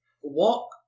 walk